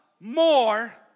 more